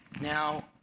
Now